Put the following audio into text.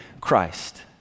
Christ